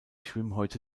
schwimmhäute